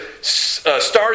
stars